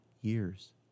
years